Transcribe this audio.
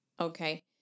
Okay